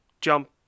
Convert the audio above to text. jump